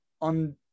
on